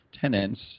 tenants